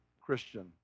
Christian